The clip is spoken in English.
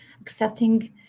accepting